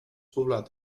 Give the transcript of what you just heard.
poblat